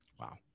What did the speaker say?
wow